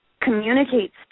communicates